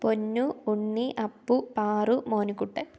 Ponnu Unni Appu Paru Monukuttan